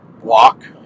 walk